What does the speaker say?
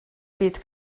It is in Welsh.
byd